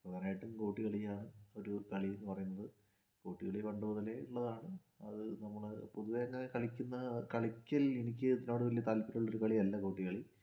പ്രധാനമായിട്ടും ഗോട്ടികളിയാണ് ഒരു കളി എന്ന് പറയുന്നത് ഗോട്ടികളി പണ്ടുമുതലേ ഇള്ളതാണ് അത് നമ്മള് പൊതുവെ അങ്ങനെ കളിക്കുന്ന കളിക്കൽ എനിക്കിതിനോട് വലിയ താല്പര്യമുള്ള കളി അല്ല ഗോട്ടികളി